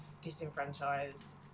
disenfranchised